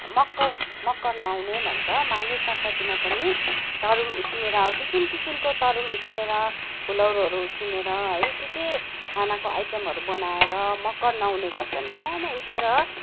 मकर मकर नुहाउने भन्छ माघे सङ्क्रान्तिमा पनि तरुल उसिनेर किसिम किसिमको तरुल उसिनेर फुलौरोहरू उसिनेर है के के खानाको आइटमहरू बनाएर मकर नुहाउने गर्छन् बिहानै उठेर